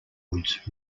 woods